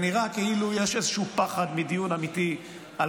נראה כאילו יש איזשהו פחד מדיון אמיתי על